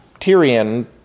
Tyrion